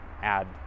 add